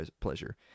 pleasure